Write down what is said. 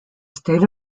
state